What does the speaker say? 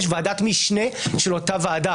יש ועדת משנה של אותה ועדה.